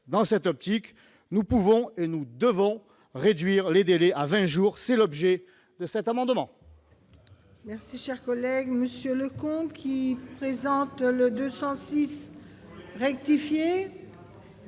Dans cette optique, nous pouvons et nous devons réduire les délais à 20 jours. Tel est l'objet de cet amendement.